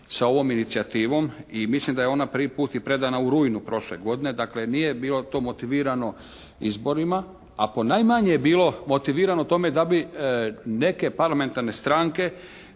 sa ovom inicijativom i mislim da je ona prvi puta i predana u rujnu prošle godine, dakle nije bilo to motivirano izborima, a ponajmanje je bilo motivirano u tome da bi neke parlamentarne stranke